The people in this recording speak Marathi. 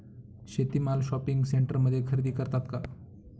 शेती माल शॉपिंग सेंटरमध्ये खरेदी करतात का?